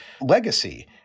legacy